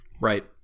Right